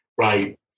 Right